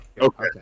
okay